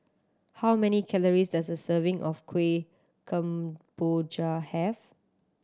how many calories does a serving of Kueh Kemboja have